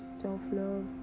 self-love